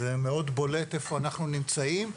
זה מאוד בולט איפה אנחנו נמצאים,